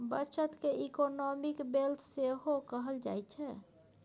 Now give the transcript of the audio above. बचत केँ economic wealth सेहो कहल जाइ छै